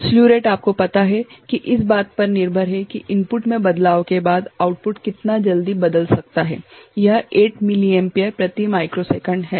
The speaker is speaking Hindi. स्ल्यु रेट आपको पता है की इस बात पर निर्भर है कि इनपुट में बदलाव के बाद आउटपुट कितना जल्दी बदल सकता है यह 8 मिलीएम्पियर प्रति माइक्रोसेकंड है